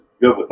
good